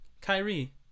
Kyrie